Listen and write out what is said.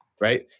Right